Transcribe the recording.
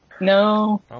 No